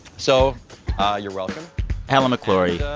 so you're welcome helen mcclory, yeah